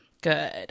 Good